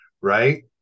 right